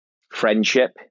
friendship